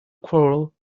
quarrel